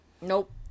Nope